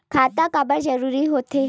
खाता काबर जरूरी हो थे?